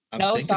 No